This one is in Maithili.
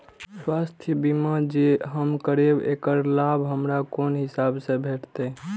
स्वास्थ्य बीमा जे हम करेब ऐकर लाभ हमरा कोन हिसाब से भेटतै?